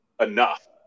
enough